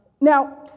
Now